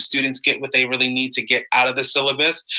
students get what they really need to get out of the syllabus?